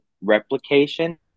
replication